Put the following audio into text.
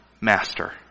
Master